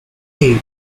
eight